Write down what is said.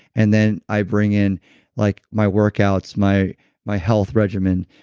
and then i bring in like my workouts, my my health regimen,